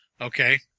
Okay